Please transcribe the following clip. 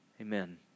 Amen